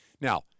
Now